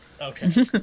Okay